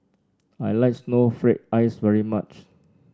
I like Snowflake Ice very much